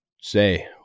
say